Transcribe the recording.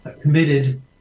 committed